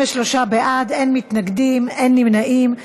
23 בעד, אין מתנגדים, אין נמנעים.